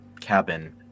cabin